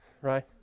Right